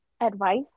Advice